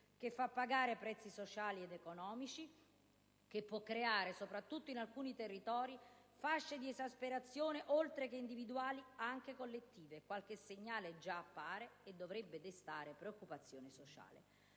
che fa pagare prezzi sociali ed economici e che può creare, soprattutto in alcuni territori, fasce di esasperazione, oltre che individuali, anche collettive. Qualche segnale già appare e dovrebbe destare preoccupazione sociale.